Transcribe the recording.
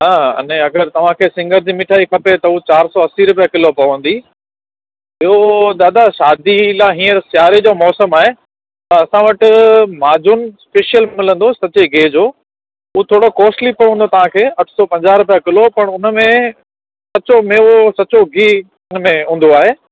न अने अगरि तव्हांखे सिंगर जी मिठाई खपे त हू चारि सौ अस्सी रुपए किलो पवंदी ॿियो दादा शादी लाइ हींअर सियारे जो मौसम आहे त असां वटि माजुन स्पेशल मिलंदो सचे गीहु जो उहो थोरो कॉस्टली पवंदो तव्हांखे अठ सौ पंजाह रुपया किलो पर हुनमें सचो मेवो सचो गीहु उनमें हूंदो आहे